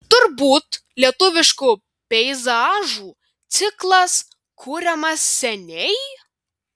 turbūt lietuviškų peizažų ciklas kuriamas seniai